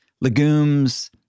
legumes